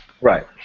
Right